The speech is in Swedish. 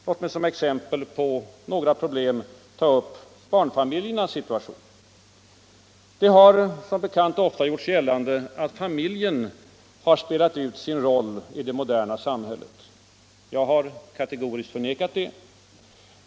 Låt mig som ett exempel på några problem ta upp barnfamiljernas situation. Det har som bekant ofta gjorts gällande att familjen har spelat ut sin roll i det moderna samhället. Jag har kategoriskt förnekat detta.